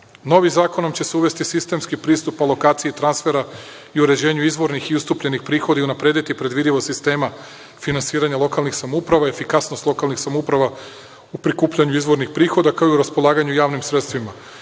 Novim zakonom će se uvesti sistemski pristup o lokaciji transfera i uređenju izvornih i ustupljenih prihoda i unaprediti predvidivost sistema finansiranja lokalnih samouprava, efikasnost lokalnih samouprava u prikupljanju izvornih prihoda, kao i u raspolaganju javnim sredstvima.